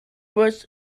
was